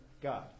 God